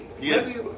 Yes